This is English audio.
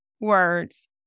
words